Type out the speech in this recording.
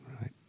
right